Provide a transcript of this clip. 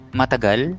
matagal